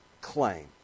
claim